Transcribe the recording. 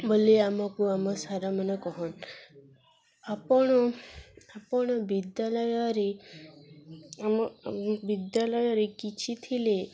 ବୋଲି ଆମକୁ ଆମ ସାର୍ମାନେ କହନ୍ ଆପଣ ଆପଣ ବିଦ୍ୟାଳୟରେ ଆମ ବିଦ୍ୟାଳୟରେ କିଛି ଥିଲେ